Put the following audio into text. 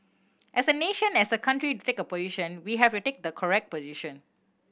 as a nation as a country to take a position we have to take the correct position